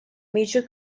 major